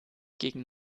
gegen